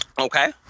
Okay